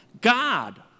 God